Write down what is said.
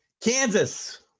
Kansas